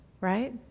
right